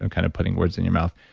i'm kind of putting words in your mouth,